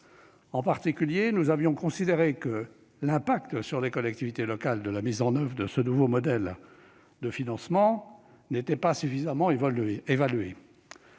En particulier, nous avions considéré que l'impact sur les collectivités locales de la mise en oeuvre de ce nouveau modèle de financement n'était pas suffisamment évalué.